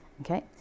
Okay